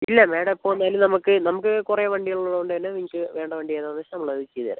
ഇല്ല മാഡം എപ്പോൾ വന്നാലും നമുക്ക് നമുക്ക് കുറേ വണ്ടികൾ ഉള്ളതുകൊണ്ടുതന്നെ നിങ്ങൾക്ക് വേണ്ട വണ്ടി ഏതാണെന്ന് വെച്ചാൽ നമ്മൾ അത് ചെയ്ത് തരാം